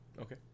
Okay